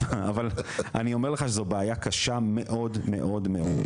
אבל אני אומר לך שזו בעיה קשה מאוד מאוד מאוד.